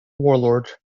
warlord